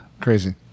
crazy